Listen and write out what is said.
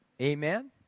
Amen